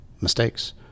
mistakes